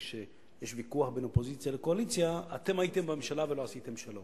כשיש ויכוח בין אופוזיציה לקואליציה: אתם הייתם בממשלה ולא עשיתם שלום.